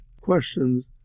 questions